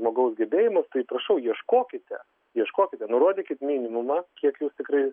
žmogaus gebėjimus tai prašau ieškokite ieškokite nurodykit minimumą kiek jūs tikrai